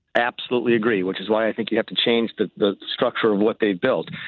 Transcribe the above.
absolutely agree, which is why i think you have to change but the structure of what they've built.